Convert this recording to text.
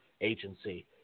agency